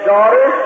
Daughter